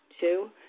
Two